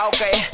Okay